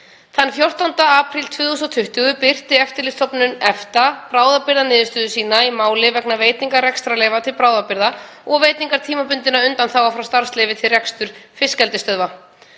Þann 14. apríl 2020 birti Eftirlitsstofnun EFTA bráðabirgðaniðurstöðu sína í máli vegna veitingar rekstrarleyfa til bráðabirgða og veitingar tímabundinna undanþága frá starfsleyfi til reksturs fiskeldisstöðva.